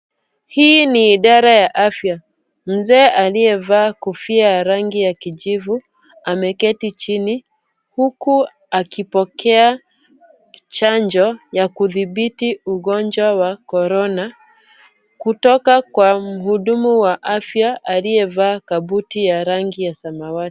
Hii ni idara ya afya. Mzee aliyevaa kofia ya rangi ya kijivu ameketi chini huku akipokea chanjo ya kudhibiti ugonjwa wa corona kutoka kwa mhudumu wa afya aliyevaa kabuti ya rangi ya samawati.